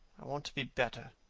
i want to be better.